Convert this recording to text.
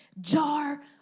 jar